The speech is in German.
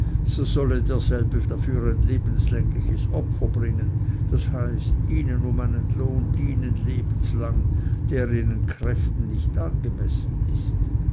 solle derselbe dafür ein lebenslängliches opfer bringen das heißt ihnen um einen lohn dienen lebenslang der ihren kräften nicht angemessen ist